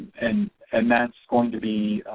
and and that's going to be